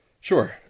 Sure